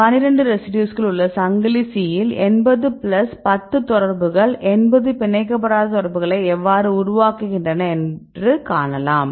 12 ரெசிடியூஸ்கள் உள்ள சங்கிலி C இல் 80 பிளஸ் 10 தொடர்புகள் 80 பிணைக்கப்படாத தொடர்புகளை எவ்வாறு உருவாக்குகின்றன என்று காணலாம்